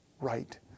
right